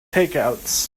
takeouts